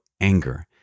anger